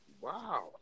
Wow